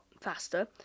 faster